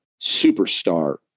superstar